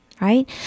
right